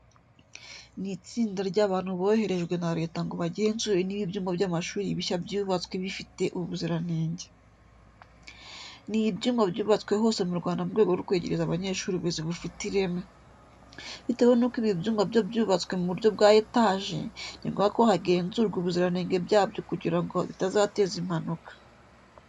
Ni itsinda ry'abantu boherejwe na leta ngo bagenzure niba ibyumba by'amashuri bishya byubatswe bifite ubuziranenge. Ni ibyumba byubatswe hose mu Rwanda mu rwego rwo kwegereza Abanyarwanda uburezi bufite ireme. Bitewe nuko ibi byumba byo byubatswe mu buryo bwa etaje, ni ngombwa ko hagenzurwa ubuziranenge bwabyo kugira ngo bitazateza impanuka.